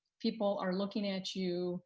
people are looking at you